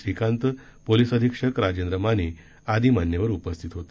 Shrikant police अधीक्षक राजेंद्र माने आदी मान्यवर उपस्थित होते